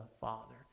Father